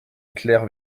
claire